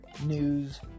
news